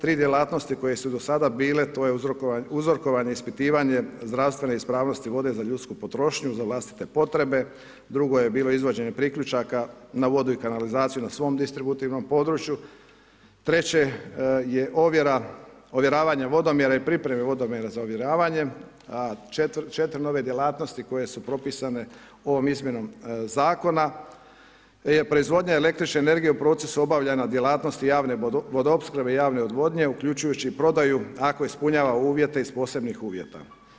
Tri djelatnosti koje su do sada bile, to je uzorkovanje, ispitivanje zdravstvene ispravnosti vode za ljudsku potrošnju, za vlastite potrebe, drugo je bilo izvođenje priključaka na vodu i kanalizaciju na svom distributivnom području, treće je ovjeravanje vodomjera i pripreme vodomjera za ovjeravanje, a 4 nove djelatnosti koje su propisane ovom izmjenom Zakona je proizvodnja električne energije u procesu obavljanja djelatnosti javne vodoopskrbe i javne odvodnje, uključujući i prodaju, ako ispunjava uvjete iz posebnih uvjeta.